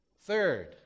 Third